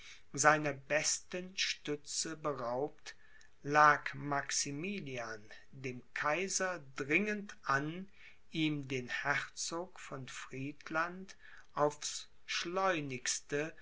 seiner besten stütze beraubt lag maximilian dem kaiser dringend an ihm den herzog von friedland aufs schleunigste